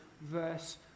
verse